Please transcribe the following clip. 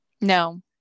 No